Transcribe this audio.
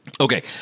Okay